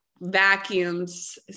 vacuums